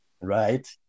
Right